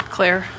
Claire